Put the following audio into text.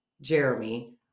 Jeremy